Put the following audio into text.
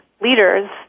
leaders